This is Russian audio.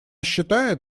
считает